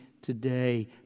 Today